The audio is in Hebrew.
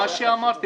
זה מה שאמרתי,